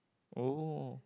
oh